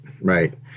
right